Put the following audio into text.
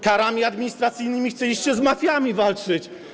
Karami administracyjnymi chcieliście z mafiami walczyć.